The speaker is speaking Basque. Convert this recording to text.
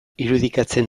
irudikatzen